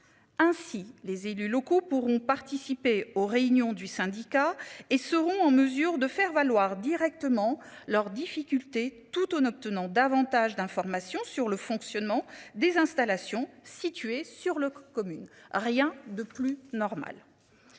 Ainsi, les élus locaux pourront participer aux réunions du syndicat et seront en mesure de faire valoir directement leurs difficultés tout en obtenant davantage d'informations sur le fonctionnement des installations situées sur le commune. Rien de plus normal.